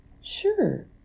Sure